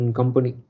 company